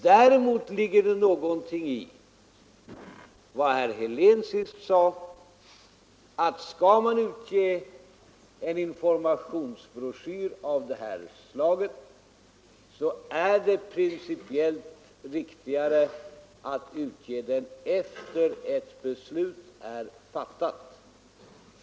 Däremot ligger det någonting i det herr Helén senast sade, att skall en informationsbroschyr av det här slaget utges så är det principiellt riktigast att utge den efter det att riksdagsbeslutet är fattat.